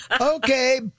Okay